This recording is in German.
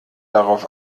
darauf